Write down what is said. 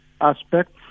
aspects